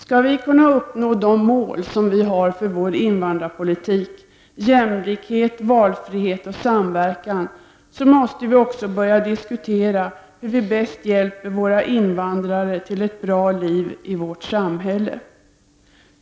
Skall vi kunna uppnå de mål som vi har för vår invandrarpolitik — jämlikhet, valfrihet och samverkan — måste vi också börja diskutera hur vi bäst hjälper våra invandrare till ett bra liv i vårt samhälle.